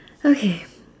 okay